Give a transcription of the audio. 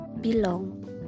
belong